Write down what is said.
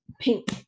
pink